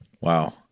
Wow